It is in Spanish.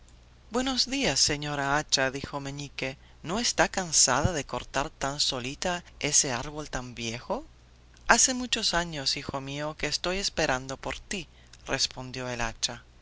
no está cansada de cortar tan solita ese árbol tan viejo hace muchos años hijo mío que estoy esperando por ti respondió el hacha